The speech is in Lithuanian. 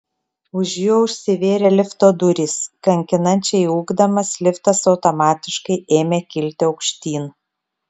už jo užsivėrė lifto durys kankinančiai ūkdamas liftas automatiškai ėmė kilti aukštyn